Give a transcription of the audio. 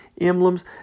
emblems